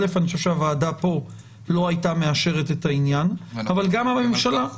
אני חושב שהוועדה כאן לא הייתה מאשרת את העניין אבל גם הממשלה.